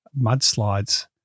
mudslides